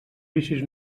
vicis